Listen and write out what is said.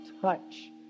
touch